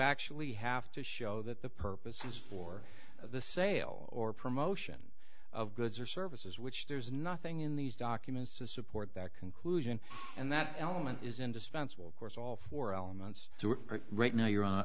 actually have to show that the purpose is for the sale or promotion of goods or services which there's nothing in these documents to support that conclusion and that element is indispensable of course all four elements to it right now you